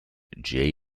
jay